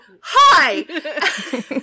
hi